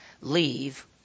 leave